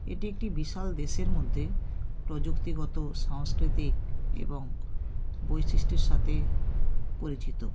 এটি একটি বিশাল দেশের মধ্যে প্রযুক্তিগত সাংস্কৃতিক এবং বৈশিষ্ট্যের সাথে পরিচিত